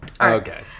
Okay